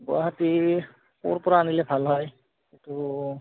গুৱাহাটী ক'ৰ পৰা আনিলে ভাল হয় সেইটো